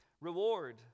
reward